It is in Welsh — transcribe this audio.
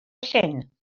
llyn